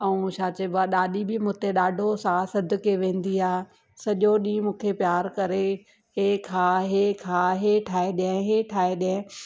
ऐं छा चइबो आहे ॾाॾी बि मूंते ॾाढो साहु सदिके वेंदी आहे सॼो ॾींहुं मूंखे प्यारु करे हीअ खा हीअ खा हीअ हीअ ठाहे ॾेयां हीअ ठाहे ॾेयां